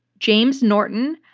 james norton,